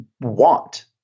want